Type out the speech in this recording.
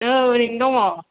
औ ओरैनो दङ